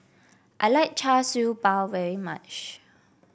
I like Char Siew Bao very much